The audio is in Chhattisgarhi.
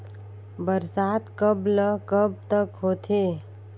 बरसात कब ल कब तक होथे?